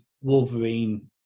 Wolverine